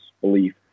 belief